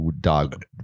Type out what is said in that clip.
dog